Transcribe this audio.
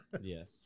Yes